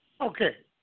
Okay